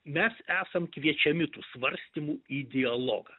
mes esam kviečiami tų svarstymų į dialogą